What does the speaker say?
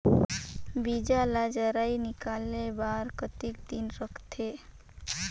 बीजा ला जराई निकाले बार कतेक दिन रखथे?